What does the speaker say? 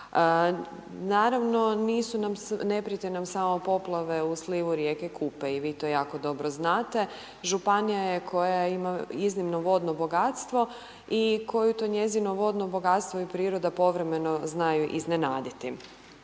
samo, ne prijete nam poplave u slivu rijeke Kupe i vi to jako dobro znate. Županija je koja ima iznimno vodno bogatstvo i koju to njezino vodno bogatstvo i priroda povremeno zna iznenaditi.